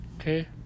Okay